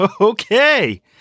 Okay